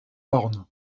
orne